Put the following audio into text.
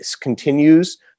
continues